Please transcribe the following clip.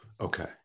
Okay